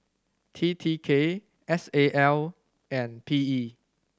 T T K S A L and P E